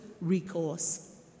recourse